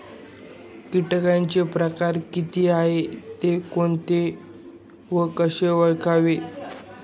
किटकांचे प्रकार किती आहेत, ते कोणते व कसे ओळखावे?